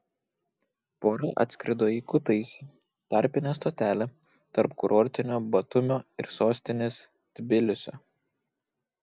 pora atskrido į kutaisį tarpinę stotelę tarp kurortinio batumio ir sostinės tbilisio